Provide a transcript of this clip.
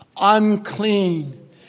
unclean